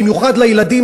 במיוחד לילדים,